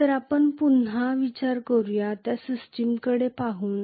तर आपण पुन्हा विचार करूया त्या सिस्टमकडे पाहू